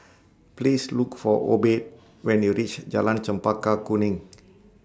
Please Look For Obed when YOU REACH Jalan Chempaka Kuning